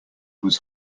was